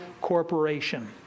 Corporation